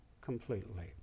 completely